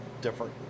different